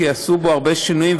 כי עשו בו הרבה שינויים,